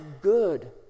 good